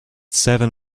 seven